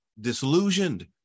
disillusioned